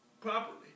properly